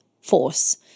force